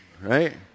Right